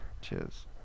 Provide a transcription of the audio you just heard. Cheers